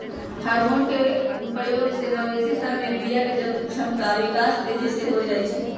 hormone के प्रयोग से मवेशी सभ में बियायके क्षमता विकास तेजी से होइ छइ